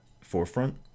forefront